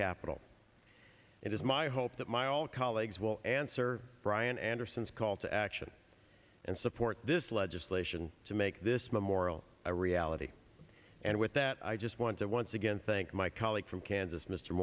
capitol it is my hope that my all colleagues will answer brian anderson's call to action and support this legislation to make this memorial a reality and with that i just want to once again thank my colleague from kansas mr